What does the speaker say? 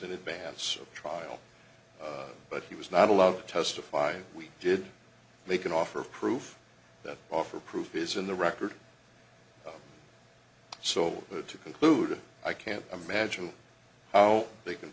in advance of trial but he was not allowed to testify and we did make an offer of proof that offer proof is in the record so to conclude i can't imagine how they can